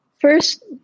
First